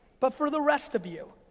but for the rest of you,